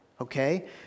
okay